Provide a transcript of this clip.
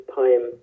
time